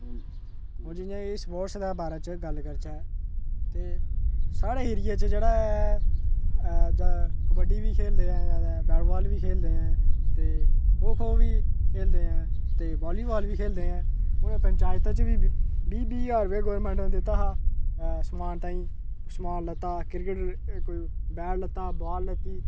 हून एह् जि'यां स्पोर्ट्स दे बारे च गल्ल करचै ते साढ़े एरिये च जेह्ड़ा कबड्डी बी खेलदे ऐ जादा बैट बॉल बी खेलदे ऐं ते खो खो बी खेलदे ऐं ते वॉलीबॉल बी खेलदे ऐं हून पंचायतें च बी बीह् बीह् ज्हार रपेआ गौरमेंट ने दित्ता हा समान ताहीं समान लैत्ता क्रिकेट बैट लैत्ता बॉल लैत्ती